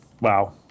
Wow